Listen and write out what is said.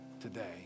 today